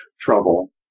trouble